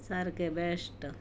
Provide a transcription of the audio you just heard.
सारकें बेस्ट